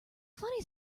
funny